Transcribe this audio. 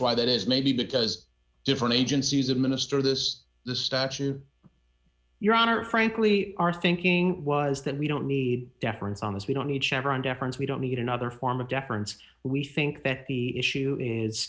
why that is maybe because different agencies administer this the statue your honor frankly our thinking was that we don't need deference on this we don't need chevron deference we don't need another form of deference we think that the issue is